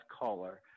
caller